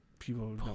People